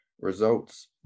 Results